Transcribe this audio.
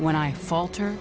when i falter